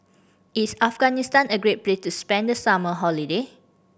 is Afghanistan a great place to spend the summer holiday